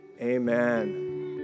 amen